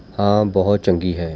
ਹਾਂ ਬਹੁਤ ਚੰਗੀ ਹੈ